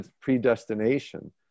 predestination